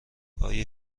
آیا